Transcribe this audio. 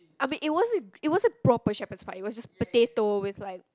I mean it wasn't it wasn't proper shepard's pie it was just potato with like